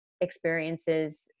experiences